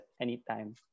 anytime